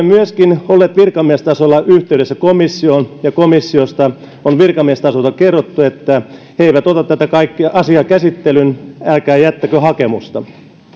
myöskin olleet virkamiestasolla yhteydessä komissioon ja komissiosta on virkamiestasolla kerrottu että he eivät ota tätä asiaa käsittelyyn älkää jättäkö hakemusta